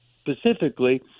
specifically